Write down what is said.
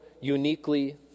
uniquely